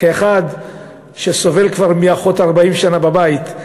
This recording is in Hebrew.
כאחד שסובל כבר מאחות 40 שנה בבית,